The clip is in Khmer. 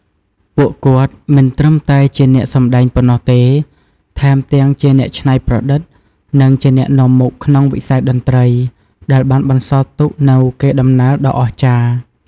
ពួកគាត់មិនត្រឹមតែជាអ្នកសំដែងប៉ុណ្ណោះទេ ថែមទាំងជាអ្នកច្នៃប្រឌិត និងជាអ្នកនាំមុខក្នុងវិស័យតន្ត្រី ដែលបានបន្សល់ទុកនូវកេរដំណែលដ៏អស្ចារ្យ។